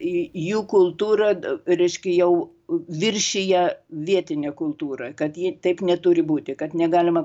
jų kultūrą reiškia jau viršija vietinę kultūrą kad ji taip neturi būti kad negalima